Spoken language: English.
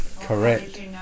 correct